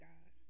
God